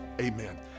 amen